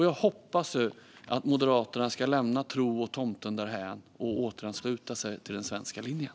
Jag hoppas att Moderaterna ska lämna tron och tomten därhän och återansluta sig till den svenska linjen.